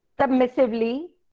submissively